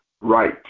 right